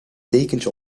dekentje